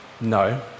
No